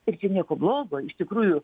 ir čia nieko blogo iš tikrųjų